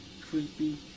creepy